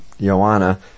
Joanna